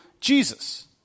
Jesus